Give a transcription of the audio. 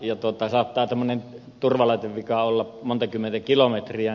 saattaa tämmöinen turvalaitevika olla monta kymmentä kilometriä